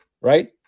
Right